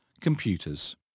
computers